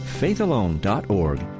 faithalone.org